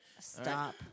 Stop